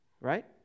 right